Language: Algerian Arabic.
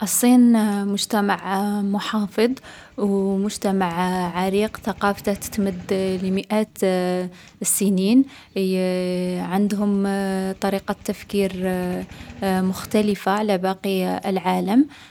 ﻿الصين مجتمع محافظ، و مجتمع عريق. ثقافته تتمد لمئات السنين. عندهم طريقة التفكير مختلفة على باقي العالم.